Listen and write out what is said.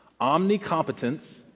Omnicompetence